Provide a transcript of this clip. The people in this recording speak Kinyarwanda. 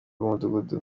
rw’umudugudu